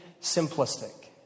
simplistic